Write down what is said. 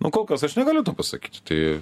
nu kol kas aš negaliu to pasakyti tai